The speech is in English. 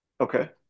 Okay